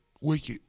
wicked